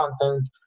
content